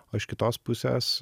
o iš kitos pusės